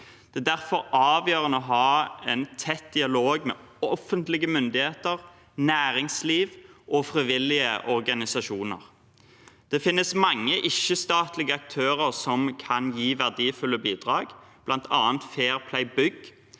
Det er derfor avgjørende å ha en tett dialog med offentlige myndigheter, næringsliv og frivillige organisasjoner. Det finnes mange ikke-statlige aktører som kan gi verdifulle bidrag, bl.a. Fair Play Bygg,